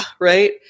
right